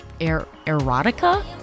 erotica